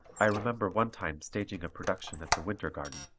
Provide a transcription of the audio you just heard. i remember one time staging a production at the winter garden.